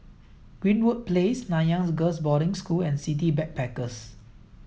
Greenwood Place Nanyang's Girls' Boarding School and City Backpackers